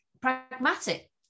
pragmatic